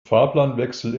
fahrplanwechsel